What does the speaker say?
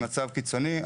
במצב קיצוני,